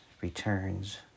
returns